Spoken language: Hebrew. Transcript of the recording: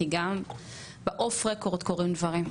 כי גם באוף רקורד קורים דברים,